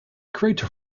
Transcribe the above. crater